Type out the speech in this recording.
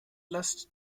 lasst